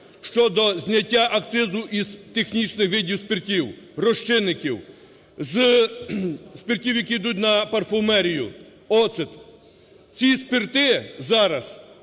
щодо зняття акцизу із технічних видів спиртів, розчинників, зі спиртів, якій йдуть на парфумерію, оцет. Ці спирти зараз